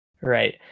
Right